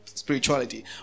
spirituality